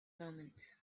moment